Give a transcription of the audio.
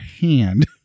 hand